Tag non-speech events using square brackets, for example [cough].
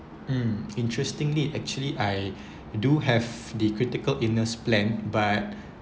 mm interestingly actually I [breath] do have the critical illness plan but